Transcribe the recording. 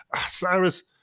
Cyrus